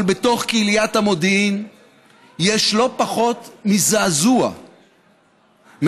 אבל בתוך קהילת המודיעין יש לא פחות מזעזוע מההחלטה